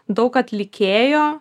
daug atlikėjo